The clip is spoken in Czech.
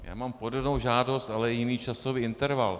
Já mám podobnou žádost, ale jiný časový interval.